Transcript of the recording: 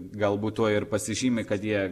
galbūt tuo ir pasižymi kad jie